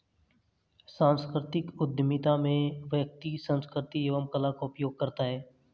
सांस्कृतिक उधमिता में व्यक्ति संस्कृति एवं कला का उपयोग करता है